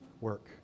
work